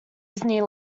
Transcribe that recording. disney